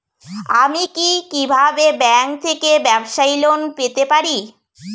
আমি কি কিভাবে ব্যাংক থেকে ব্যবসায়ী লোন পেতে পারি?